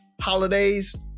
holidays